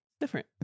Different